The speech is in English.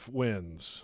wins